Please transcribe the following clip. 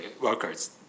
workers